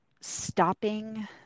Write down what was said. stopping